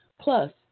Plus